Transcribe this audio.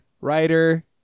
writer